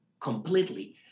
completely